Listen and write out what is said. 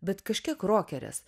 bet kažkiek rokerės